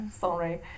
Sorry